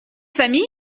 famile